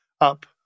up